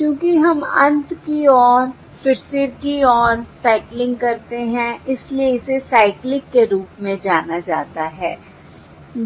चूँकि हम अंत की ओर फिर सिर की ओर साइकलिंग करते हैं इसलिए इसे साइक्लिक के रूप में जाना जाता है